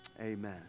Amen